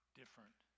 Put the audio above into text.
different